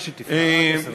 מה שתבחר, עד עשר דקות.